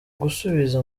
gusubiza